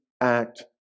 act